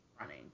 running